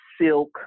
silk